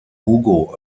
hugo